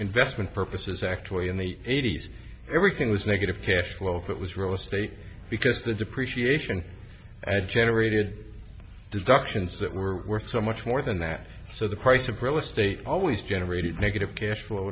investment purposes actually in the eighty's everything was negative cash flow that was real estate because the depreciation generated destructions that were worth so much more than that so the price of real estate always generated negative cash